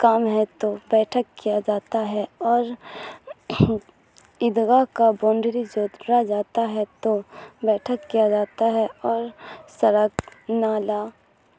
کام ہے تو بیٹھک کیا جاتا ہے اور عید گاہ کا بونڈری جوتا جاتا ہے تو بیٹھک کیا جاتا ہے اور سڑک نالا